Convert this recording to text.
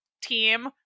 team